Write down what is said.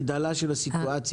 הגדלה של הסיטואציה.